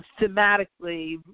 thematically